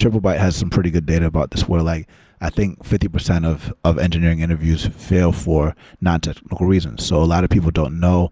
triplebyte has some pretty good data about this, where like i think fifty percent of of engineering interviews fail for not technical reasons. so a lot of people don't know